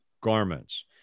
garments